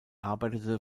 arbeitete